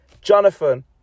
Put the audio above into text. Jonathan